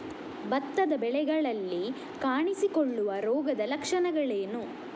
ಭತ್ತದ ಬೆಳೆಗಳಲ್ಲಿ ಕಾಣಿಸಿಕೊಳ್ಳುವ ರೋಗದ ಲಕ್ಷಣಗಳೇನು?